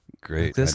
Great